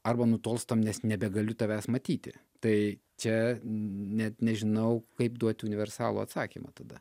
arba nutolstam nes nebegaliu tavęs matyti tai čia net nežinau kaip duoti universalų atsakymą tada